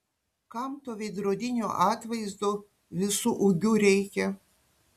kam to veidrodinio atvaizdo visu ūgiu reikia